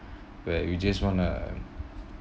where you just want to